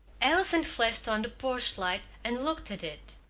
allison flashed on the porch-light, and looked at it.